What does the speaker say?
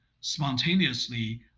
spontaneously